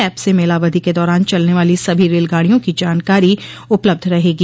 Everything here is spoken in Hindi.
एप से मेला अवधि के दौरान चलने वाली सभी रेलगाडियों की जानकारी उपलब्ध रहेगी